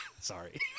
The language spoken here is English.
Sorry